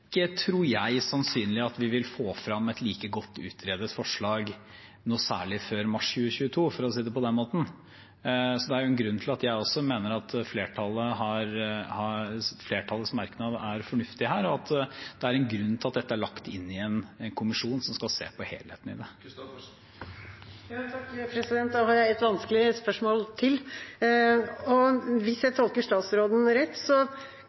tror jeg, sannsynlig at vi ville få frem et like godt utredet forslag noe særlig før mars 2022, for å si det på den måten. Jeg mener også at flertallets merknad er fornuftig her, og det er en grunn til at dette er lagt inn i en kommisjon som skal se på helheten i det. Jeg har et vanskelig spørsmål til. Hvis jeg tolker statsråden rett,